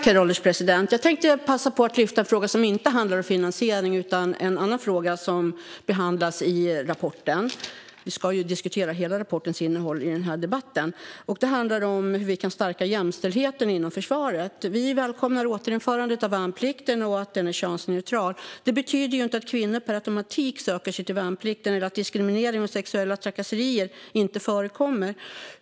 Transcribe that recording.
Herr ålderspresident! Jag tänkte passa på att lyfta fram en fråga som inte handlar om finansiering, en annan fråga som behandlas i rapporten. Vi ska ju diskutera hela rapportens innehåll i den här debatten. Det handlar om hur vi kan stärka jämställdheten inom försvaret. Vi välkomnar återinförandet av värnplikten och att den är könsneutral. Men det betyder inte att kvinnor per automatik söker sig till värnplikten eller att diskriminering och sexuella trakasserier inte förekommer.